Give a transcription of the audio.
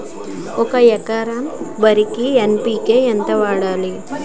ఒక ఎకర వరికి ఎన్.పి కే ఎంత వేయాలి?